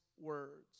words